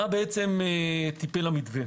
מה בעצם טיפל המתווה,